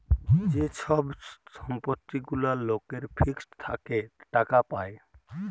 যে ছব সম্পত্তি গুলা লকের ফিক্সড থ্যাকে টাকা পায়